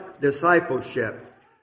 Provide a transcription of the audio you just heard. discipleship